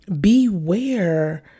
beware